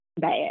bad